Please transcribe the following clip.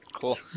Cool